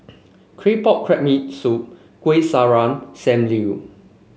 claypot crab me soup Kueh Syara Sam Lau